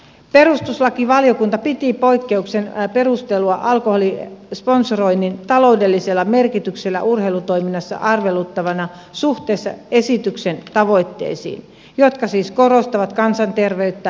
perustuslakivaliokunta piti poikkeuksen perustelua alkoholisponsoroinnin taloudellisella merkityksellä urheilutoiminnassa arveluttavana suhteessa esityksen tavoitteisiin jotka siis korostavat kansanterveyttä ja lastensuojelua